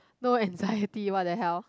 no anxiety what the hell